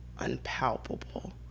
unpalpable